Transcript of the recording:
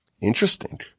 Interesting